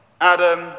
Adam